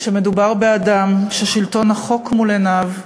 שמדובר באדם ששלטון החוק מול עיניו,